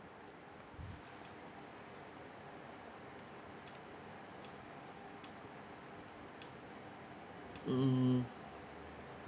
mm